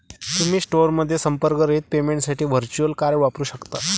तुम्ही स्टोअरमध्ये संपर्करहित पेमेंटसाठी व्हर्च्युअल कार्ड वापरू शकता